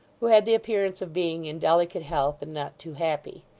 who had the appearance of being in delicate health, and not too happy.